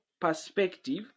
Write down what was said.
perspective